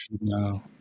No